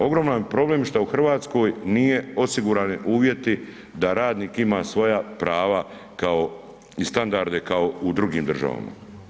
Ogroman problem što u Hrvatskoj nije osigurani uvjeti da radnik ima svoja prava kao i standarde kao u drugim državama.